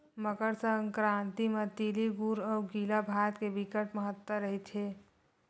मकर संकरांति म तिली गुर अउ गिला भात के बिकट महत्ता रहिथे